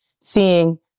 seeing